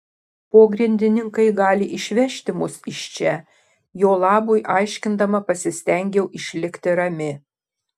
pogrindininkai gali išvežti mus iš čia jo labui aiškindama pasistengiau išlikti rami